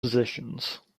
positions